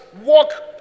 walk